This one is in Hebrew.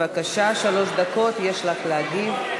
בבקשה, שלוש דקות יש לך כדי להגיב.